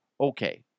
okay